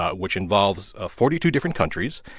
ah which involves ah forty two different countries,